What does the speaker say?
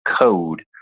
code